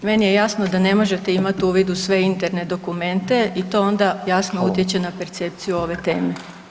Meni je jasno da ne možete imat uvid u sve interne dokumente i to onda jasno utječe na percepciju ove teme.